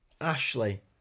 Ashley